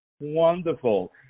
wonderful